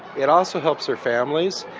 it also helps their families,